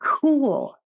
cool